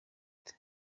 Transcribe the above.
ute